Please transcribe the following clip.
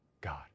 God